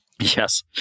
Yes